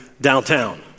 downtown